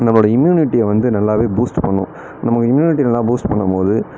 நம்மளோடைய இம்யூனிட்டியை வந்து நல்லாவே பூஸ்ட்டு பண்ணும் நம்ம இம்யூனிட்டியை நல்லா பூஸ்ட் பண்ணும்போது